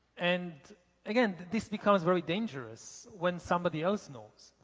and again, this becomes very dangerous when somebody else knows.